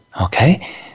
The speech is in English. okay